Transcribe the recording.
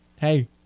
hey